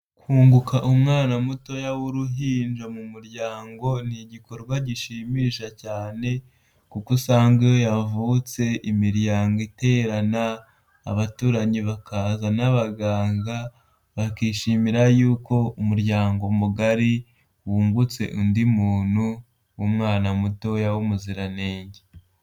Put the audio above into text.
Kunguka umwana mutoya w'uruhinja mu muryango ni igikorwa gishimisha cyane, kuko usanga iyo yavutse imiryango iterana, abaturanyi bakaza n'abaganga, bakishimira yuko umuryango mugari wungutse undi muntu w'umwana mutoya w'umuziranenge.